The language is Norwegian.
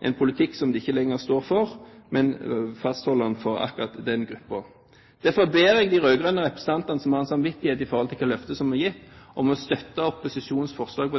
en politikk som de ikke lenger står for, men fastholder den for akkurat denne gruppen. Derfor ber jeg de rød-grønne representantene som har samvittighet i forhold til hvilket løfte som ble gitt, om å støtte opposisjonens forslag.